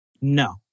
No